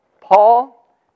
Paul